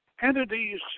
entities